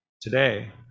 today